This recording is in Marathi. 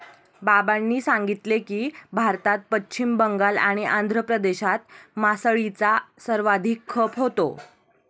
बाबांनी सांगितले की, भारतात पश्चिम बंगाल आणि आंध्र प्रदेशात मासळीचा सर्वाधिक खप होतो